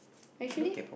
actually